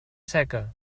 seca